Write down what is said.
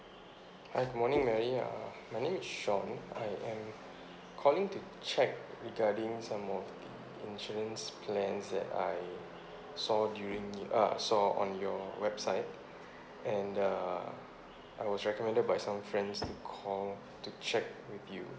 hi good morning mary uh my name is sean I am calling to check regarding some of the insurance plans that I saw during the uh saw on your website and uh I was recommended by some friends to call to check with you